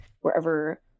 wherever